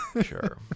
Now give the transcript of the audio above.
Sure